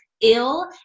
ill